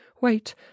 wait